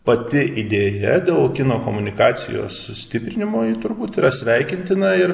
pati idėja dėl kino komunikacijos sustiprinimo ji turbūt yra sveikintina ir